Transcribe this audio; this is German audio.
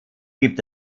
gibt